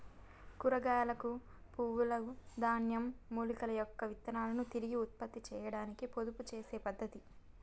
కూరగాయలను, పువ్వుల, ధాన్యం, మూలికల యొక్క విత్తనాలను తిరిగి ఉత్పత్తి చేయాడానికి పొదుపు చేసే పద్ధతి